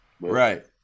Right